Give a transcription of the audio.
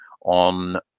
on